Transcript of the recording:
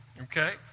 Okay